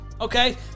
Okay